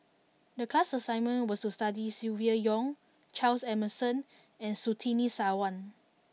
The class assignment was to study about Silvia Yong Charles Emmerson and Surtini Sarwan